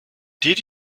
did